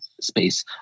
space